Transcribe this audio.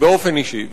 באופן אישי.